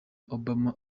obama